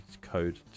code